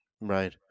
Right